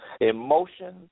Emotions